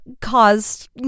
caused